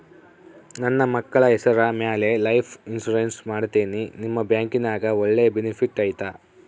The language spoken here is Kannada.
ನನ್ನ ಮಕ್ಕಳ ಹೆಸರ ಮ್ಯಾಲೆ ಲೈಫ್ ಇನ್ಸೂರೆನ್ಸ್ ಮಾಡತೇನಿ ನಿಮ್ಮ ಬ್ಯಾಂಕಿನ್ಯಾಗ ಒಳ್ಳೆ ಬೆನಿಫಿಟ್ ಐತಾ?